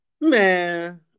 Man